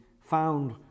found